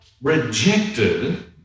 rejected